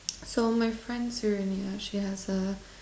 so my friend Serenia she has a